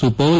Supaul